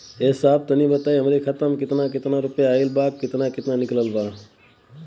ए साहब तनि बताई हमरे खाता मे कितना केतना रुपया आईल बा अउर कितना निकलल बा?